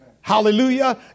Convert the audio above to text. Hallelujah